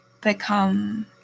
become